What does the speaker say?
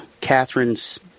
Catherine's